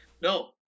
No